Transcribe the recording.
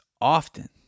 often